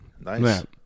Nice